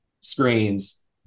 screens